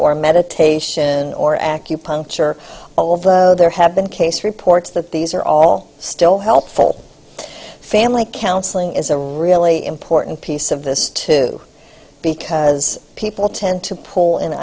or meditation or acupuncture although there have been case reports that these are all still helpful family counseling is a really important piece of this too because people tend to pull in